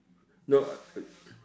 no uh